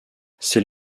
c’est